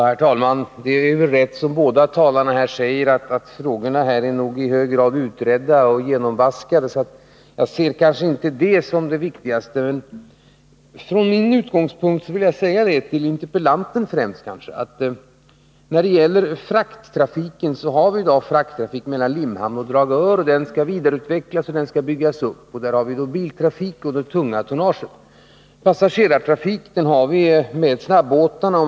Herr talman! Det är rätt, som båda talarna säger, att de här frågorna i hög grad är utredda och genomvaskade. Jag ser kanske inte utredandet som det viktigaste. När det gäller frakttrafiken vill jag från min utgångspunkt säga främst till interpellanten att vi f. n. har sådan mellan Limhamn och Dragör. Den skall vidareutvecklas och byggas upp. Där går biltrafiken och det tunga tonnaget. Passagerartrafiken bedrivs med snabbåtarna.